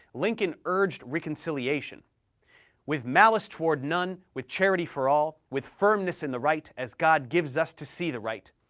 lincoln urged reconciliation with malice toward none with charity for all with firmness in the right, as god gives us to see the right,